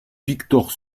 victor